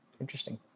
Interesting